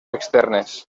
externes